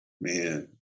Man